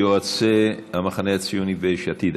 יועצי המחנה הציוני ויש עתיד,